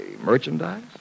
merchandise